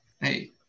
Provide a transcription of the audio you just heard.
hey